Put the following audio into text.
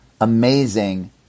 amazing